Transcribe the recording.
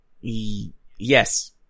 Yes